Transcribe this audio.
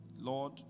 Lord